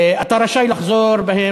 אתה רשאי לחזור בך,